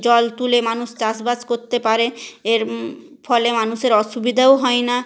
জল তুলে মানুষ চাষবাস করতে পারে এর ফলে মানুষের অসুবিধেও হয় না